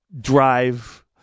drive